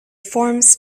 forms